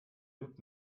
lügt